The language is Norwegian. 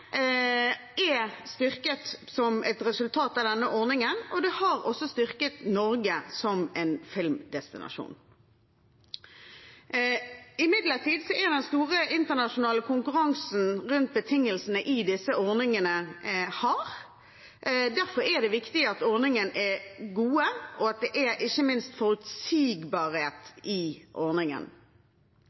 er styrket som et resultat av denne ordningen, og det har også styrket Norge som en filmdestinasjon. Imidlertid er den store internasjonale konkurransen rundt betingelsene i disse ordningene hard. Derfor er det viktig at ordningen er god, og ikke minst at det er forutsigbarhet i